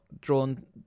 drawn